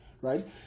right